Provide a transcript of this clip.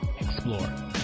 explore